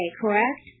correct